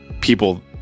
people